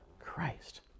Christ